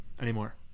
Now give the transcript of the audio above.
anymore